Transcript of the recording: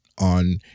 on